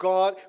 God